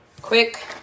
quick